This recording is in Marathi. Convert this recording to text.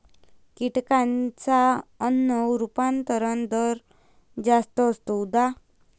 कीटकांचा अन्न रूपांतरण दर जास्त असतो, उदा